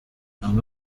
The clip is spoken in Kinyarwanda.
amwe